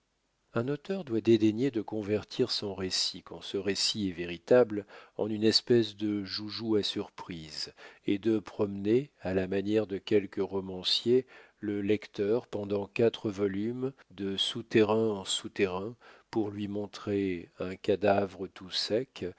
un auteur doit dédaigner de convertir son récit quand ce récit est véritable en une espèce de joujou à surprise et de promener à la manière de quelques romanciers le lecteur pendant quatre volumes de souterrains en souterrains pour lui montrer un cadavre tout sec